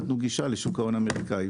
נתנו גישה לשוק ההון האמריקאי,